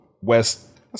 West